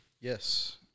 Yes